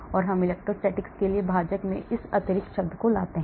इसलिए हम इलेक्ट्रोस्टैटिक्स के लिए भाजक में इस अतिरिक्त शब्द को लाते हैं